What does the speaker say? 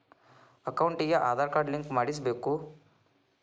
ಅಕೌಂಟಿಗೆ Aadhaar card link ಮಾಡಿಸಬೇಕು?